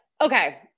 Okay